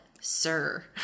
Sir